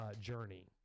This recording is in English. journey